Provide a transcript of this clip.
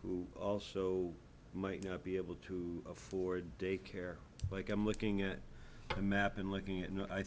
who also might be able to afford day care like i'm looking at a map and looking at